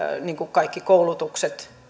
kaikki koulutukset